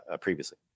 previously